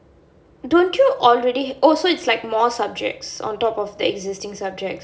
don't you already oh so it's like more subjects on top of the existing subjects